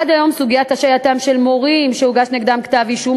עד היום סוגיית השעייתם של מורים שהוגש נגדם כתב-אישום